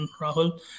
rahul